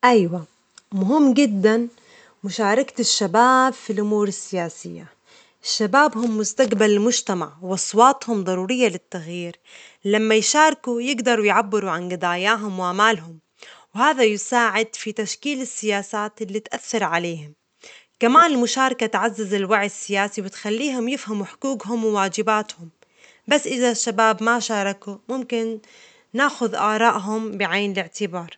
أيوا مهم جداً مشاركة الشباب في الأمور السياسية، الشباب هم مستجبل المجتمع وأصواتهم ضرورية للتغيير، لما يشاركوا ويجدروا يعبروا عن جضاياهم وآمالهم، وهذا يساعد في تشكيل السياسات اللي تأثر عليهم، كمان المشاركة تعزز الوعي السياسي وتخليهم يفهموا حجوجهم وواجباتهم، بس إذا الشباب ما شاركوا، ممكن ناخذ آراءهم بعين الاعتبار.